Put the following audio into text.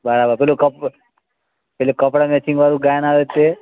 બરાબર પેલું કપ એટલે કપડાંને સીવવાનું ગાયન આવે તે